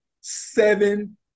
seven